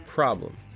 Problem